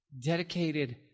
dedicated